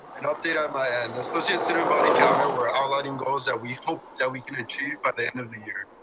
an update um my and so so student body calendar where all learning goals that we hope that we can achieve by the end of the year.